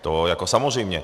To jako samozřejmě.